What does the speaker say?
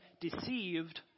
deceived